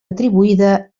atribuïda